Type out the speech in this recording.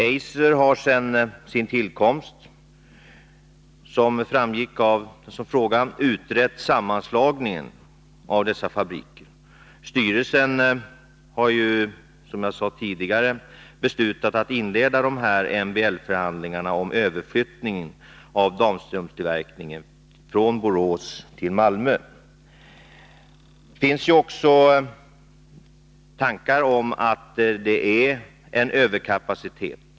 Eiser har sedan sin tillkomst, som framgick av frågan, utrett sammanslagningen av dessa fabriker. Styrelsen har, som jag sade tidigare, beslutat att inleda MBL-förhandlingar om överflyttningen av damstrumptillverkningen från Borås till Malmö. Det finns också tankar om att det föreligger en överkapacitet.